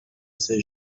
ses